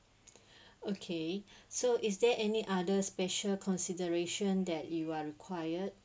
okay so is there any other special consideration that you are required